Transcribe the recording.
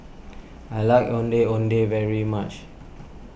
I like Ondeh Ondeh very much